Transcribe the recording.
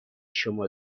شما